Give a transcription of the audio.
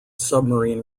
submarine